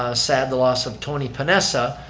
ah sad the loss of tony pennessa,